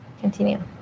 Continue